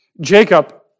Jacob